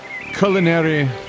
culinary